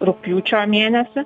rugpjūčio mėnesį